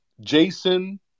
Jason